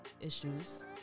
issues